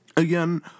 Again